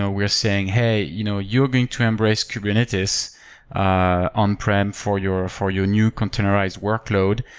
ah we are saying, hey, you know you're going to embrace kubernetes ah on prem for your for your new containerized workload.